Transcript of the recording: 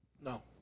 No